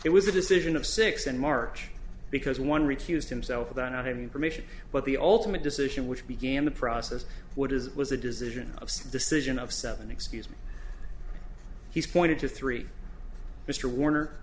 it was a decision of six and march because one refused himself without any permission but the ultimate decision which began the process would is it was a decision of decision of seven excuse me he's pointed to three mr warner